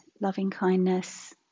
loving-kindness